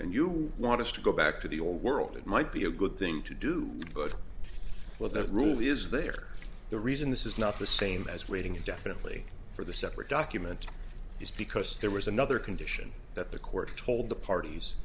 and you want to go back to the old world it might be a good thing to do but well the rule is there the reason this is not the same as waiting indefinitely for the separate document is because there was another condition that the court told the parties